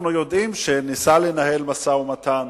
אנחנו יודעים שהוא ניסה לנהל משא-ומתן,